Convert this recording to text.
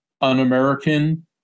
un-American